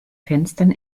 fenstern